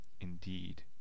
indeed